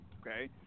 Okay